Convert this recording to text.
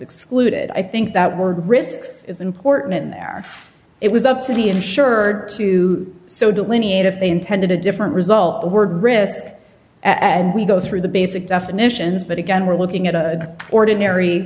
excluded i think that word risks is important in there it was up to the insured to so delineate if they intended a different result the word risk as we go through the basic definitions but again we're looking at a ordinary